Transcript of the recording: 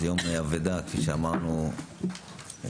זו אבידה לציבור,